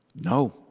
No